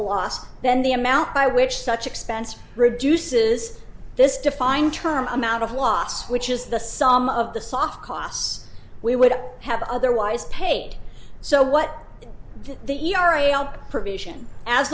loss then the amount by which such expense reduces this defined term amount of loss which is the sum of the soft costs we would have otherwise paid so what the e r a r provision as